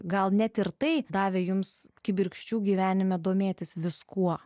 gal net ir tai davė jums kibirkščių gyvenime domėtis viskuo